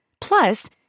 Plus